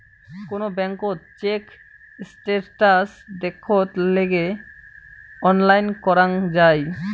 কোন ব্যাঙ্কত check status দেখত গেলে অনলাইন করাঙ যাই